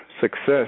success